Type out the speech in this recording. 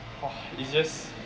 !wah! it's just